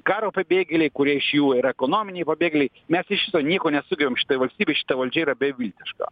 karo pabėgėliai kurie iš jų yra ekonominiai pabėgėliai mes iš viso nieko nesugebam šitoj valstybėj šita valdžia yra beviltiška